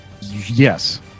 yes